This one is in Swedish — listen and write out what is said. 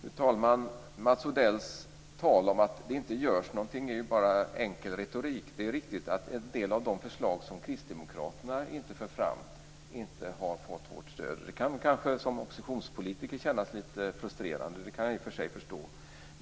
Fru talman! Mats Odells tal om att det inte görs någonting nu är bara enkel retorik. Det är riktigt att en del av de förslag som Kristdemokraterna inte för fram inte har fått vårt stöd. Det kan för en oppositionspolitiker kännas lite frustrerande, det kan jag förstå.